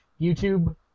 YouTube